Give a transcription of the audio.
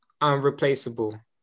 unreplaceable